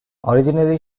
originally